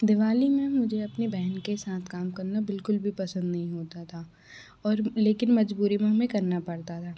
दिवाली में मुझे अपने बहन के साथ काम करना बिल्कुल भी पसंद नहीं होता था और लेकिन मजबूरी में हमें करना पड़ता था